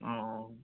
অঁ অঁ